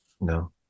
no